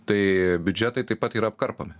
tai biudžetai taip pat yra apkarpomi